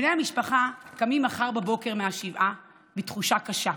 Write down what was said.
בני המשפחה קמים מחר בבוקר מהשבעה בתחושה קשה.